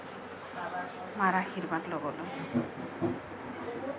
মাৰ আশীৰ্বাদ ল'বলৈ